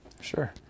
Sure